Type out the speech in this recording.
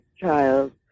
child